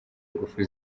ingufu